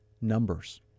numbers